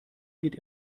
geht